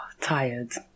Tired